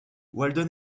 walden